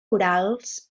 orals